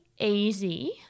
easy